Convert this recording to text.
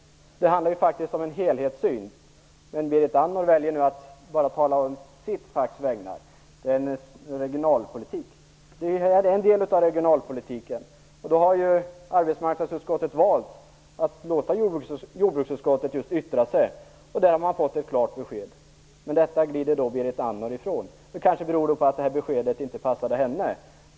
Det handlar ju faktiskt om en helhetssyn. Men Berit Andnor väljer nu att bara tala på sitt facks vägnar, om regionalpolitiken. Detta är ju en del av regionalpolitiken. Då har arbetsmarknadsutskottet valt att låta jordbruksutskottet yttra sig, och man har fått ett klart besked. Men detta glider Berit Andnor ifrån. Det kanske beror på att detta besked inte passade henne.